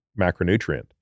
macronutrient